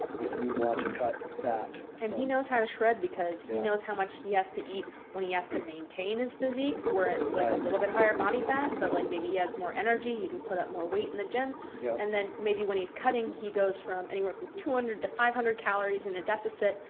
if you want to cut fat. and he knows how to shred because he knows how much he has to eat when he has to maintain his physique. where it's like a little bit higher body fat. but like maybe he has more energy, he can put up more weight in the gym yeah and then maybe when he's cutting, he goes from anywhere from two hundred to five hundred calories in a deficit.